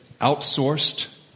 outsourced